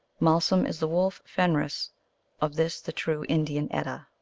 malsum is the wolf fenris of this the true indian edda.